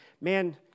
man